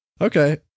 Okay